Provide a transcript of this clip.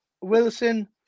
Wilson